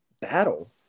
battle